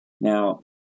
Now